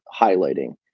highlighting